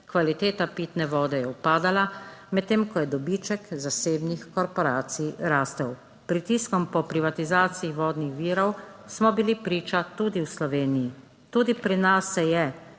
kvaliteta pitne vode je upadala, medtem ko je dobiček zasebnih korporacij rastel. Pritiskom po privatizaciji vodnih virov smo bili priča tudi v Sloveniji. Tudi pri nas se je